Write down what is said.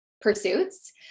pursuits